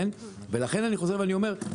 לכן אני חוזר ואומר,